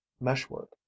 meshwork